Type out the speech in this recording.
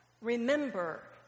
Remember